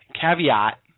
caveat